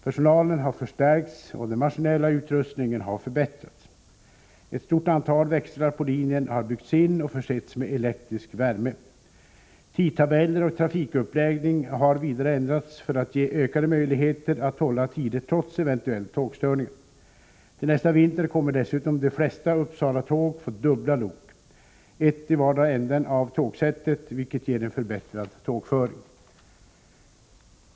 Personalen har förstärkts och den maskinella utrustningen har förbättrats. Ett stort antal växlar på linjen har byggts in och försetts med elektrisk värme. Tidtabeller och trafikuppläggning har vidare ändrats för att ge ökade möjligheter att hålla tider trots eventuella tågstörningar. Till nästa vinter kommer dessutom de flesta Uppsalatåg att få dubbla lok; ett i vardera ändan av tågsättet, vilket ger en förbättrad tågföring.